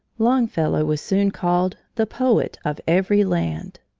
longfellow was soon called the poet of every land.